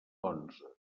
onze